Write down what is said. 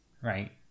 right